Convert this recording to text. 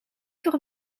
toch